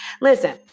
Listen